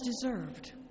deserved